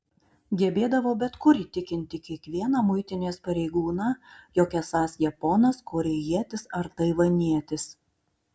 gebėdavo bet kur įtikinti kiekvieną muitinės pareigūną jog esąs japonas korėjietis ar taivanietis